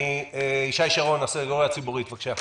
ישי שרון, הסנגוריה הציבורית, בבקשה.